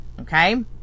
okay